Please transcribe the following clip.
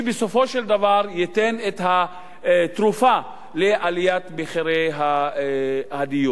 שבסופו של דבר ייתן את התרופה לעליית מחירי הדיור.